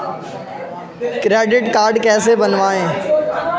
Credit card कैसे बनवाएँ?